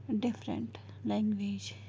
different language